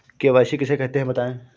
KYC किसे कहते हैं बताएँ?